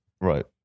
right